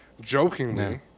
Jokingly